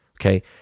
Okay